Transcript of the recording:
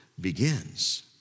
begins